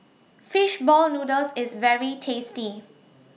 Fish Ball Noodles IS very tasty